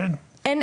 אין,